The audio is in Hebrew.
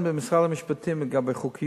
מה?